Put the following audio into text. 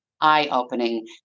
eye-opening